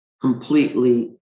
completely